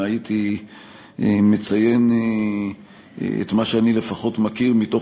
הייתי מציין את מה שאני לפחות מכיר מתוך